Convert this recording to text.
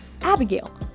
Abigail